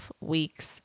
weeks